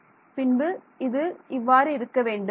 மாணவர் பின்பு இது இவ்வாறு இருக்க வேண்டும்